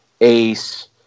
ace